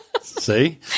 See